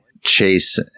Chase